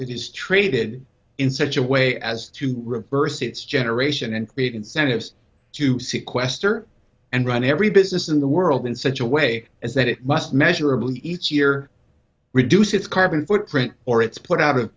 is traded in such a way as to reverse its generation and create incentives to sequester and run every business in the world in such a way as that it must measurably each year reduce its carbon footprint or it's put out of